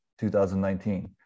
2019